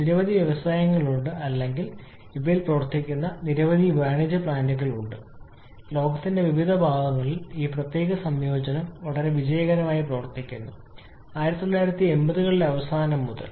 നിരവധി വ്യവസായങ്ങളുണ്ട് അല്ലെങ്കിൽ പ്രവർത്തിക്കുന്ന നിരവധി വാണിജ്യ പ്ലാന്റുകൾ ഞാൻ പറയണം ലോകത്തിന്റെ വിവിധ ഭാഗങ്ങളിൽ ഈ പ്രത്യേക സംയോജനം വളരെ വിജയകരമായി പ്രവർത്തിക്കുന്നു 1980 കളുടെ അവസാനം മുതൽ